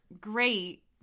great